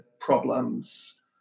problems